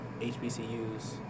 HBCUs